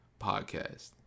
podcast